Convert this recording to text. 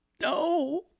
No